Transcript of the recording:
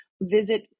visit